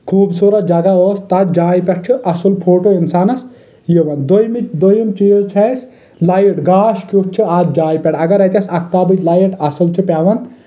خوٗبصوٗرت جگہ ٲس تتھ جایہِ پٮ۪ٹھ چھُ اصٕل فوٹو انسانس یِوان دویمہِ دوٚیِم چیٖز چھِ اسۍ لایٹ گاش کیُتھ چھُ اتھ جایہِ پٮ۪ٹھ اگر اتیٚتھ اختابٕچ لایٹ اصٕل چھِ پٮ۪وان